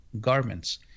garments